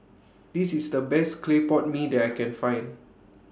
This IS The Best Clay Pot Mee that I Can Find